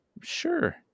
Sure